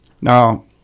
Now